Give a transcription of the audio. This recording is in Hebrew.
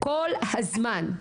כל הזמן.